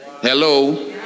Hello